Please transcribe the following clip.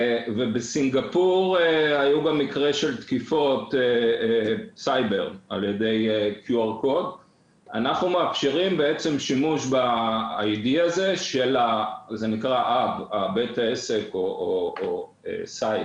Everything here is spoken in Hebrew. בסינגפור היו גם מקרים של תקיפות סייבר על ידי קוד QR. אנחנו מאפשרים בעצם שימוש ב-ID של בית העסק או האתר,